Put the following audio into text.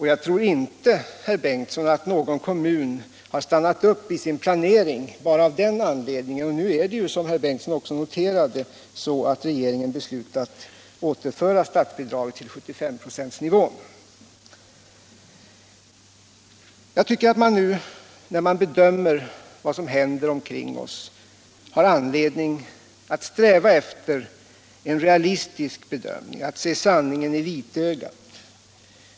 Jag tror inte, herr Bengtsson, att någon kommun har upphört med sin planering bara av den anledningen. Nu är det ju — som herr Bengtsson också noterade — så, att regeringen beslutat återföra statsbidraget till 75-procentsnivån. Jag tycker att man, när man bedömer vad som händer omkring oss, har anledning att sträva efter en realistisk syn, att se sanningen i vitögat.